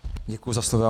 Děkuji za slovo.